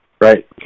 Right